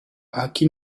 aki